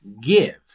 Give